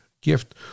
gift